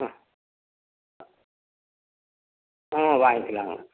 ம் ம் வாங்கிக்கலாங்க